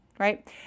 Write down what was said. right